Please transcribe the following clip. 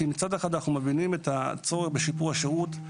כי מצד אחד אנחנו מבינים את הצורך בשיפור השירות,